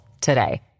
today